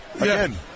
again